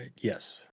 yes